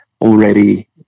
already